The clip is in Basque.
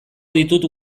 ditut